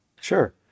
sure